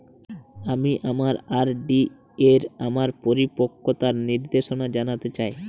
আমি আমার আর.ডি এর আমার পরিপক্কতার নির্দেশনা জানতে চাই